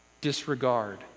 Disregard